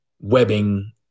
webbing